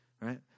Right